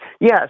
Yes